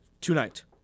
tonight